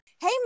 Hey